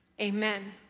amen